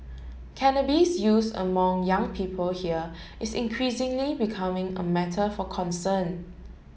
cannabis use among young people here is increasingly becoming a matter for concern